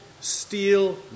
steal